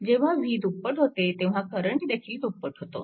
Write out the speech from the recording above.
जेव्हा v दुप्पट होते तेव्हा करंटदेखील दुप्पट होतो